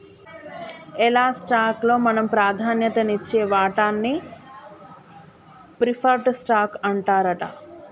ఎలా స్టాక్ లో మనం ప్రాధాన్యత నిచ్చే వాటాన్ని ప్రిఫర్డ్ స్టాక్ అంటారట